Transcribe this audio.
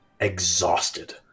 exhausted